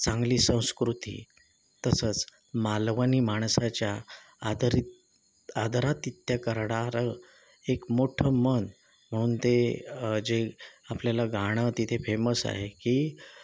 चांगली संस्कृती तसंच मालवणी माणसाच्या आदरित आदरातिथ्य करणारं एक मोठं मन म्हणून ते जे आपल्याला गाणं तिथे फेमस आहे की